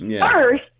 first